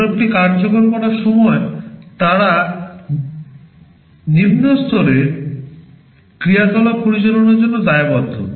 প্রোগ্রামটি কার্যকর হওয়ার সময় তারা নিম্ন স্তরের সমস্ত ক্রিয়াকলাপ পরিচালনার জন্য দায়বদ্ধ